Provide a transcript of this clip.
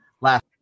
last